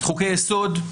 חוקי יסוד,